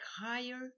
higher